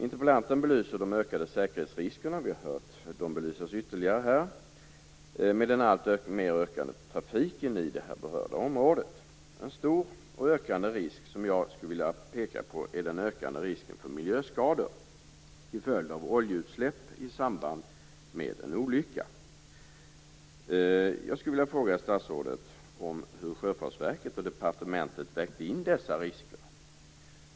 Interpellanten belyser de ökande säkerhetsriskerna - vi har hört dem belysas ytterligare här - med en alltmer ökande trafik i området. En stor och ökande risk är miljöskador till följd av oljeutsläpp i samband med en olycka. Jag skulle vilja fråga statsrådet: Har sjöfartsverket och departementet vägt in dessa risker?